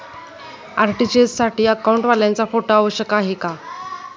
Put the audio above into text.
RTGS साठी अकाउंटवाल्याचा photo आवश्यक आहे का?